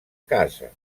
casa